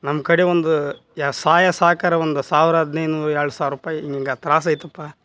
ನಮ್ಮ ಕಡೆ ಒಂದು ಯಾ ಸಹಾಯ ಸಹಕಾರ ಒಂದು ಸಾವಿರ ಹದ್ನೈದ್ನೂರು ಎರ್ಡು ಸಾವಿರ ರೂಪಾಯಿ ಹಿಂಗಿಂಗೆ ತ್ರಾಸು ಐತಪ್ಪ